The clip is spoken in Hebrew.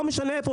לא משנה מאיפה.